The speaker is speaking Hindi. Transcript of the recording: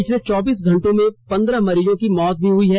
पिछले चौबीस घंटों में पंद्रह मरीजों की मौत भी हुई है